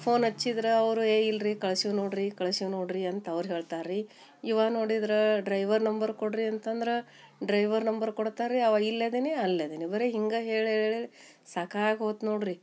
phone ಹಚ್ಚಿದ್ರೆ ಅವರಯ ಏ ಇಲ್ರಿ ಕಳ್ಸಿವಿ ನೋಡ್ರಿ ಕಳ್ಸಿವಿ ನೋಡ್ರಿ ಅಂತ ಅವ್ರು ಹೇಳ್ತಾರೆ ರೀ ಇವ ನೋಡಿದ್ರಾ ಡ್ರೈವರ್ ನಂಬರ್ ಕೊಡ್ರಿ ಅಂತಂದ್ರ ಡ್ರೈವರ್ ನಂಬರ್ ಕೊಡ್ತಾರೆ ರೀ ಅವ ಇಲ್ಲಿ ಅದೇನಿ ಅಲ್ಲಿ ಅದೇನಿ ಬರೆ ಹಿಂಗ ಹೇಳಿ ಹೇಳಿ ಹೇಳಿ ಹೇಳಿ ಸಾಕಾಗಿ ಹೋತು ನೋಡ್ರಿ